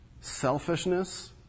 selfishness